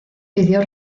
pidió